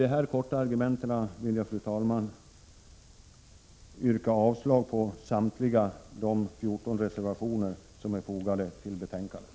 Med dessa kortfattade argument vill jag yrka avslag på samtliga 14 reservationer som är fogade till betänkandet.